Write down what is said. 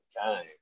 time